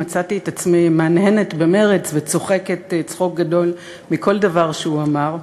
מצאתי את עצמי מהנהנת במרץ וצוחקת צחוק גדול מכל דבר שהוא אמר.